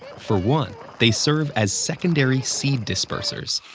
for one, they serve as secondary seed dispersers.